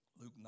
Luke